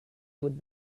would